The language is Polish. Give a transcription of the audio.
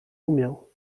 umiał